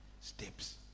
steps